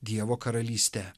dievo karalyste